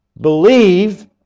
believe